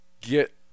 get